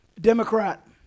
Democrat